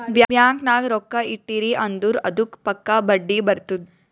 bank ನಾಗ್ ರೊಕ್ಕಾ ಇಟ್ಟಿರಿ ಅಂದುರ್ ಅದ್ದುಕ್ ಪಕ್ಕಾ ಬಡ್ಡಿ ಬರ್ತುದ್